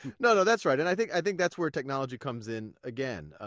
no, no, that's right. and i think i think that's where technology comes in, again.